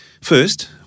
First